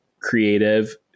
creative